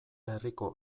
herriko